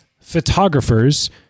photographers